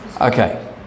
Okay